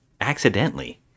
accidentally